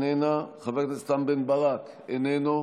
איננה, חבר הכנסת רם בן ברק, איננו,